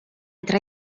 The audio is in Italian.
tre